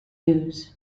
use